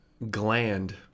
Gland